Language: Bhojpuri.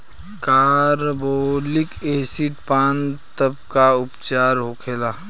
कारबोलिक एसिड पान तब का उपचार होखेला?